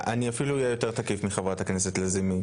ואני אפילו אהיה יותר תקיף מחברת הכנסת לזימי,